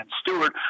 stewart